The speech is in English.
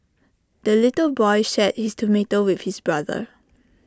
the little boy shared his tomato with his brother